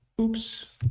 Oops